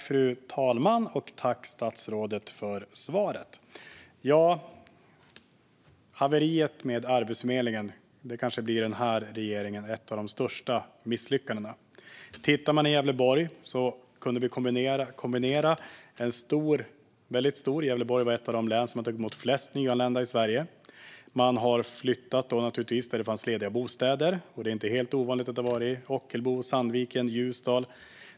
Fru talman! Tack, statsrådet, för svaret! Haveriet med Arbetsförmedlingen blir kanske ett av de största misslyckandena för denna regering. Låt oss ta Gävleborg som exempel. Gävleborg är ett av de län i Sverige som har tagit emot flest nyanlända. Man har flyttat dit där det har funnits lediga bostäder. Det är inte helt ovanligt att det har blivit till Ockelbo, Sandviken eller Ljusdal.